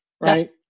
right